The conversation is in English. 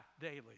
daily